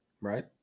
Right